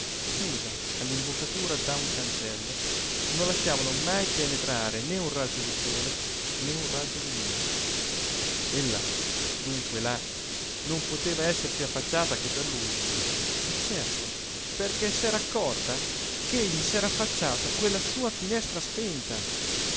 chiusa all'imboccatura da un cancello non lasciavano mai penetrare né un raggio di sole né un raggio di luna ella dunque là non poteva essersi affacciata che per lui e certo perché s'era accorta che egli s'era affacciato a quella sua finestra spenta